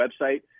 website